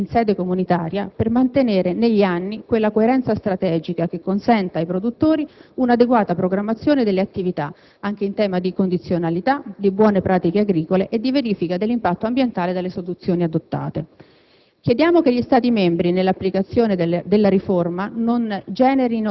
della Commissione europea, ma chiediamo al Governo che si impegni fortemente in sede comunitaria per mantenere, negli anni, quella coerenza strategica che consenta ai produttori un'adeguata programmazione delle attività, anche in tema di condizionalità, di buone pratiche agricole e di verifica dell'impatto ambientale delle soluzioni adottate.